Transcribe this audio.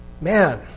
man